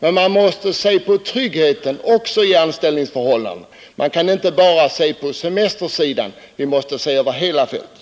Men man måste även se på tryggheten i anställningsförhållandena. Man kan inte bara se på semestersidan, utan frågan måste bedömas över hela fältet.